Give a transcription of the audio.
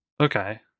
Okay